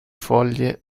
foglie